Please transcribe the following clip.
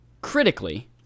critically